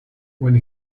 when